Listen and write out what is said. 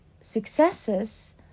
successes